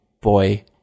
Boy